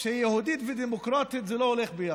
שיהודית ודמוקרטית זה לא הולך ביחד,